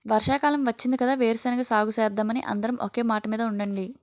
వర్షాకాలం వచ్చింది కదా వేరుశెనగ సాగుసేద్దామని అందరం ఒకే మాటమీద ఉండండి